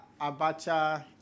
Abacha